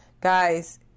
Guys